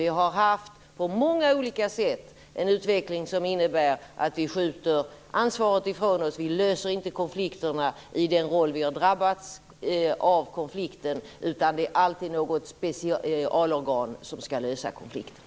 Vi har på många olika sätt haft en utveckling som innebär att vi skjuter ansvaret ifrån oss, att vi inte löser konflikterna i den roll som vi drabbas, utan det är alltid något specialorgan som skall lösa konflikten.